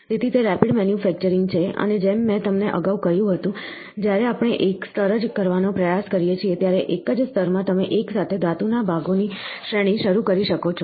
તેથી તે rapid manufacturing છે અને જેમ મેં તમને અગાઉ કહ્યું હતું જ્યારે આપણે એક સ્તર જ કરવાનો પ્રયાસ કરીએ છીએ ત્યારે એક જ સ્તરમાં તમે એકસાથે ધાતુના ભાગોની શ્રેણી શરૂ કરી શકો છો